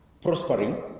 prospering